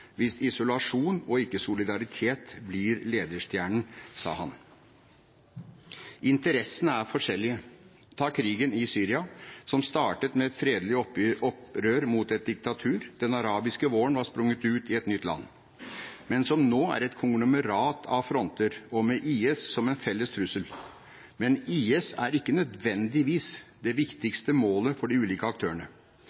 hvis isolasjon, og ikke solidaritet, blir ledestjernen. Interessene er forskjellige. Ta krigen i Syria, som startet med et fredelig opprør mot et diktatur – den arabiske våren var sprunget ut i et nytt land – men som nå er et konglomerat av fronter og med IS som en felles trussel. Men IS er ikke nødvendigvis det viktigste målet for de ulike aktørene.